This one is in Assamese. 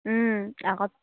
আগত